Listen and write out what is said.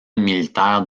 militaire